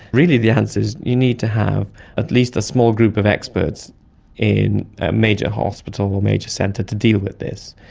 really the answer is you need to have at least a small group of experts in major hospital or major centre to deal with this,